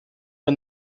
bei